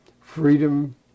freedom